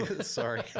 Sorry